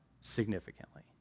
significantly